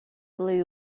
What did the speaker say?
blue